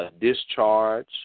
Discharge